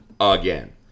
Again